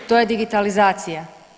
To je digitalizacija.